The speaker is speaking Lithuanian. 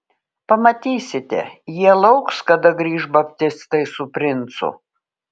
pamatysite jie lauks kada grįš baptistai su princu